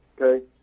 Okay